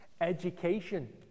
education